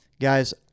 guys